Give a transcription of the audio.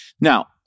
Now